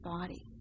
body